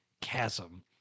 chasm